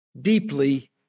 deeply